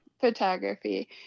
photography